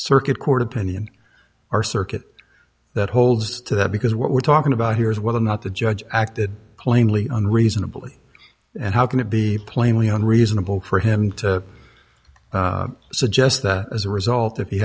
circuit court opinion or circuit that holds to that because what we're talking about here is whether or not the judge acted plainly and reasonably and how can it be plainly unreasonable for him to suggest that as a result